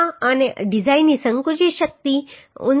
આ અને ડિઝાઇનની સંકુચિત શક્તિ 59